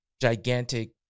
gigantic